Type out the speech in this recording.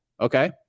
Okay